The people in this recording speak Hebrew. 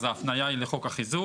אז ההפניה היא לחוק החיזוק.